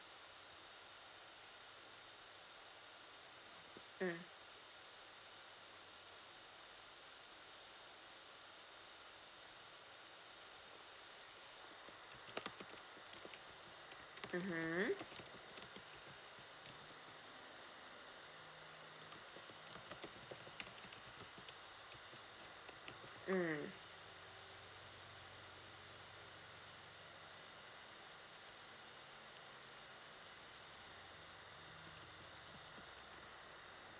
mm mmhmm mm